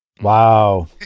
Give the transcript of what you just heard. Wow